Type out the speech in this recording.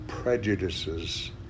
prejudices